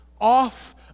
off